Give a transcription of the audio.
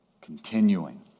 Continuing